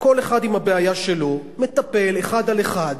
כל אחד עם הבעיה שלו, מטפל, אחד על אחד.